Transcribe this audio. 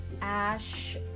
Ash